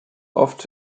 oft